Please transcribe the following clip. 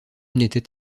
n’était